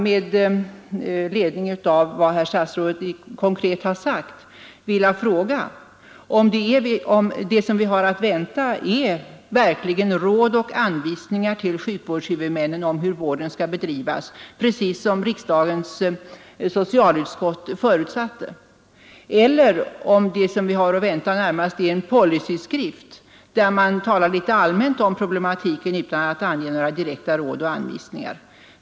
Med ledning av vad herr statsrådet konkret har sagt skulle jag vilja fråga om det som vi har att vänta verkligen är — precis som riksdagens socialutskott förutsatte — råd och anvisningar till sjukvårdshuvudmännen om hur vården skall bedrivas eller om det som vi har att vänta närmast är en policyskrift, där man litet allmänt talar om problematiken utan att ange några direkta råd och anvisningar.